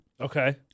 Okay